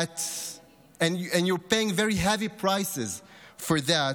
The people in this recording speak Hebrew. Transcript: and you are paying very heavy prices for that,